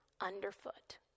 underfoot